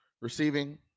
receiving